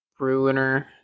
Bruiner